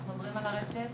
אנחנו עוברים על הרשת,